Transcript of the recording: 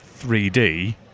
3d